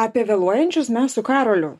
apie vėluojančius mes su karoliu